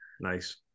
Nice